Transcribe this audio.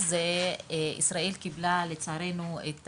זה